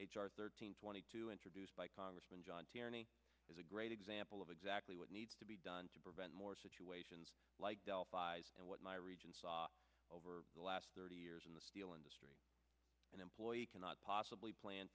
r thirteen twenty two introduced by congressman john tierney is a great example of exactly what needs to be done to prevent more situations like delphi's and what my region saw over the last thirty years in the steel industry an employee cannot possibly plan